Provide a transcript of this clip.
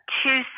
two